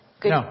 good